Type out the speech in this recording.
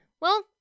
well-